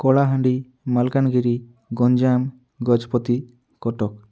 Kalahandi Malkangiri Ganjam Gajapati Cuttack